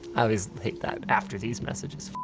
i was. hate that after these messages,